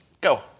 Go